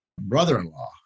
brother-in-law